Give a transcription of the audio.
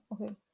okay